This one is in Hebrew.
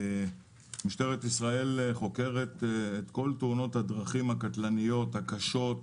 משטרת ישראל חוקרת את כל תאונות הדרכים הקטלניות הקשות,